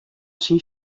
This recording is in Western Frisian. syn